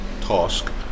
task